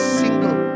single